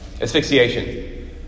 asphyxiation